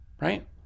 Right